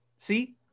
See